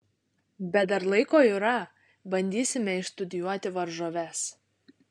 bet dar laiko yra bandysime išstudijuoti varžoves